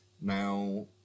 Now